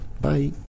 Bye